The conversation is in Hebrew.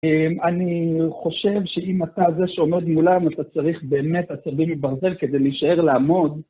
אני חושב שאם אתה זה שעומד מולם, אתה צריך באמת עצבים מברזל כדי להישאר לעמוד.